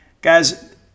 Guys